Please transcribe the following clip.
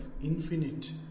infinite